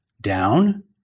down